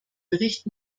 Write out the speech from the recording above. bericht